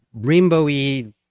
rainbowy